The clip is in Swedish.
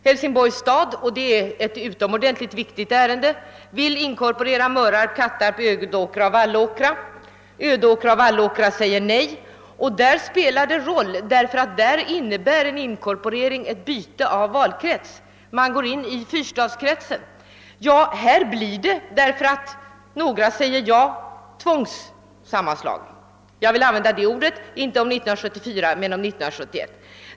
Hälsingborg — och det är ett utomordentligt viktigt ärende — vill inkorporera Mörarp, Kattarp, Ödåkra och Vallåkra; de båda sistnämnda kommunerna säger nej. Här spelar sammanläggningen roll därför att en inkorporering innebär ett byte av valkrets -— man går in i fyrstadskretsen. Här blir det tvångssammanläggning -— jag använder detta ord för att beteckna en sammanläggning 1971 — därför att några av kommunerna säger ja.